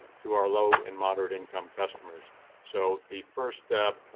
to our low and moderate income customers so the first step,